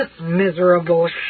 miserable